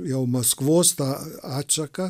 jau maskvos tą atšaką